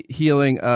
healing